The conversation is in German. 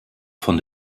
von